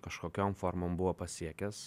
kažkokiom formom buvo pasiekęs